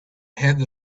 had